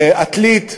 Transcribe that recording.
בעתלית,